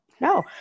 No